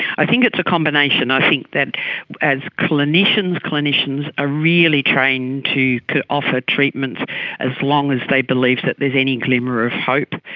i think it's a combination. i think that clinicians clinicians are really trained to offer treatment as long as they believe that there is any glimmer of hope.